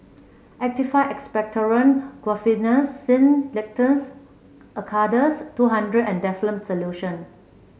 Actified Expectorant Guaiphenesin Linctus Acardust two hundred and Difflam Solution